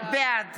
בעד